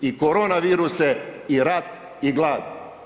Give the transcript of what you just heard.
I koronaviruse i rat i glad.